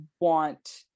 want